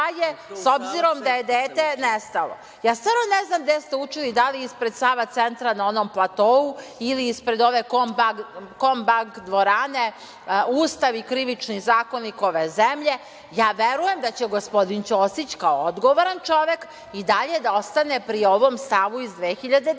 s obzirom da je dete nestalo? Ja stvarno ne znam gde ste učili, da li ispred „Sava centra“ na onom platou ili ispred ove „Kombank dvorane“ Ustav i Krivični zakonik ove zemlje? Verujem da će gospodin Ćosić, kao odgovoran čovek, i dalje da ostane pri ovom stavu iz 2010.